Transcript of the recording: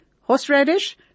horseradish